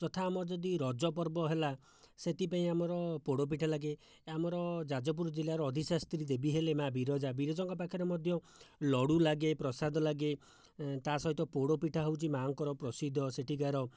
ଯଥା ଆମର ଯଦି ରଜ ପର୍ବ ହେଲା ସେଥିପାଇଁ ଆମର ପୋଡ଼ ପିଠା ଲାଗେ ଆମର ଯାଜପୁର ଜିଲ୍ଲାର ଅଧିଷ୍ଠାତ୍ରୀ ହେଲେ ମା' ବିରଜା ବିରଜାଙ୍କ ପାଖରେ ମଧ୍ୟ ଲଡ଼ୁ ଲାଗେ ପ୍ରସାଦ ଲାଗେ ତା' ସହିତ ପୋଡ଼ ପିଠା ହେଉଛି ମାଆଙ୍କର ପ୍ରସିଦ୍ଧ ସେଠିକାର